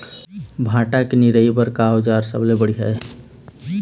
भांटा के निराई बर का औजार सबले बढ़िया ये?